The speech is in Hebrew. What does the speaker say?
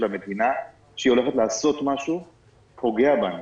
המדינה שהיא הולכת לעשות משהו פוגע בנו.